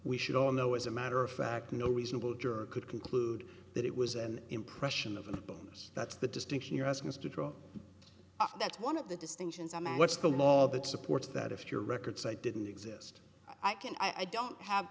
we should all know as a matter of fact no reasonable juror could conclude that it was an impression of a bonus that's the distinction you're asking us to draw that's one of the distinctions among what's the law that supports that if your records i didn't exist i can i don't have